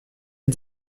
est